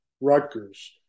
Rutgers